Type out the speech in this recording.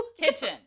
kitchen